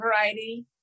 variety